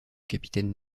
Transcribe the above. capitaine